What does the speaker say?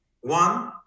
one